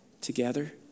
together